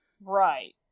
Right